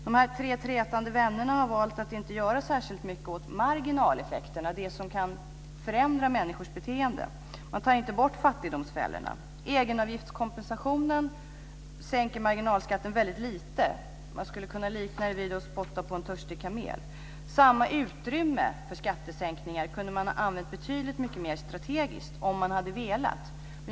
De tre trätande vännerna har valt att inte göra särskilt mycket åt marginaleffekterna, de som kan förändra människors beteende. Man tar inte bort fattigdomsfällorna. Egenavgiftskompensationen sänker marginalskatten mycket lite. Man skulle kunna likna det vid att spotta på en törstig kamel. Samma utrymme för skattesänkningar kunde man ha använt betydligt mycket mer strategiskt, om man hade velat.